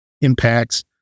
impacts